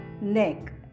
neck